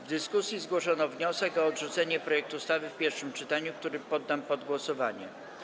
W dyskusji zgłoszono wniosek o odrzucenie projektu ustawy w pierwszym czytaniu, który poddam pod głosowanie.